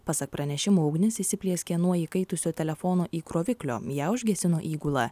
pasak pranešimo ugnis įsiplieskė nuo įkaitusio telefono įkroviklio ją užgesino įgula